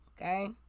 Okay